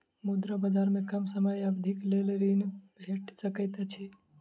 मुद्रा बजार में कम समय अवधिक लेल ऋण भेट सकैत अछि